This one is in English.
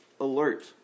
alert